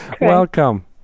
Welcome